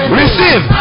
receive